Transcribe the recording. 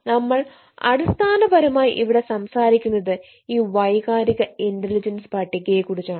നമ്മൾ അടിസ്ഥാനപരമായി ഇവിടെ സംസാരിക്കുന്നത് ഈ വൈകാരിക ഇന്റലിജൻസ് പട്ടികയെക്കുറിച്ചാണ്